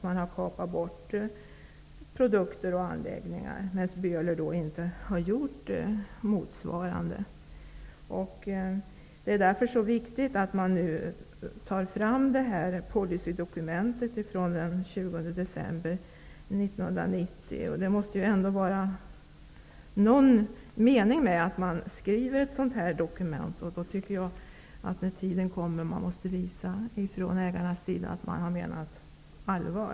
Man har kapat bort produkter och anläggningar, medan Böhler inte har vidtagit motsvarande åtgärder. Det är därför det är så viktigt att man nu tar fram policydokumentet från den 20 december 1990. Det måste ändå vara någon mening med att man skriver ett sådant dokument. När den tiden kommer tycker jag att ägarna måste visa att man har menat allvar.